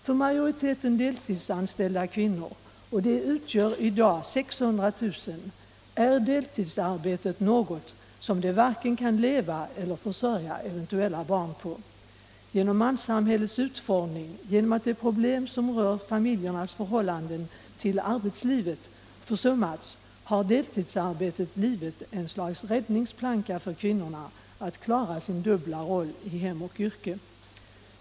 För majoriteten deltidsanställda kvinnor — och de är i dag 600 000 — är deltidsarbete något som de varken kan leva på eller försörja eventuella barn på. Genom manssamhällets utformning och genom att de problem som rör familjernas förhållande till arbetslivet försummats har deltidsarbetet blivit ett slags räddningsplanka för kvinnorna att klara sin dubbla roll i hem och yrke.